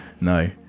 no